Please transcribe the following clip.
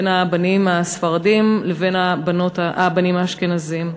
בין הבנים הספרדים לבין הבנים האשכנזים.